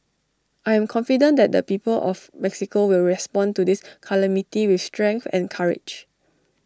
I am confident that the people of Mexico will respond to this calamity with strength and courage